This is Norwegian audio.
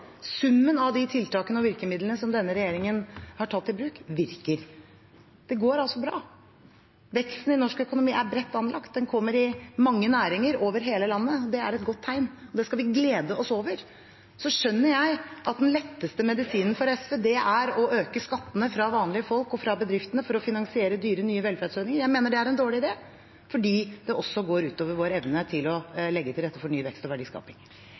Summen av de tiltakene og virkemidlene som denne regjeringen har tatt i bruk, virker. Det går altså bra. Veksten i norsk økonomi er bredt anlagt. Den kommer i mange næringer over hele landet. Det er et godt tegn, og det skal vi glede oss over. Så skjønner jeg at den letteste medisinen for SV er å øke skattene for vanlige folk og for bedriftene for å finansiere dyre, nye velferdsordninger. Jeg mener det er en dårlig idé fordi det også går ut over vår evne til å legge til rette for ny vekst og verdiskaping.